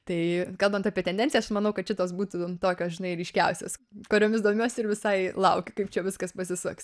tai kalbant apie tendencijas aš manau kad šitos būtų tokios žinai ryškiausios kuriomis domiuosi ir visai laukiu kaip čia viskas pasisuks